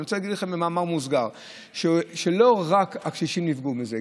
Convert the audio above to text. אני רוצה להגיד לכם במאמר מוסגר שלא רק הקשישים נפגעו מזה,